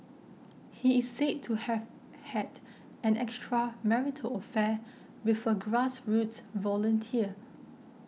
he is said to have had an extramarital affair with a grassroots volunteer